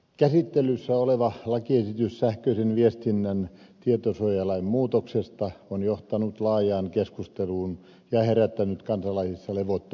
käsittelyssä oleva lakiesitys sähköisen viestinnän tietosuojalain muuttamisesta on johtanut laajaan keskusteluun ja herättänyt kansalaisissa levottomuutta